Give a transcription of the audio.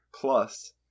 Plus